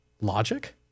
logic